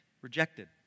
rejected